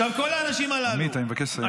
עכשיו, כל האנשים האלה -- עמית, אני מבקש לסיים.